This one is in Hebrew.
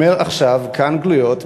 אומר עכשיו כאן גלויות,